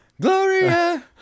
Gloria